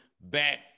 back